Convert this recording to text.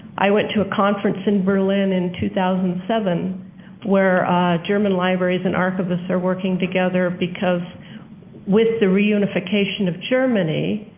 i went to a conference in berlin in two thousand and seven where german libraries and archivists are working together because with the reunification of germany,